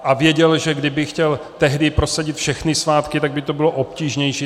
A věděl, že kdyby chtěl tehdy prosadit všechny svátky, tak by to bylo obtížnější.